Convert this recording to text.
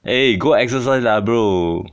a good exercise lah bro